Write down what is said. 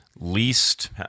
least –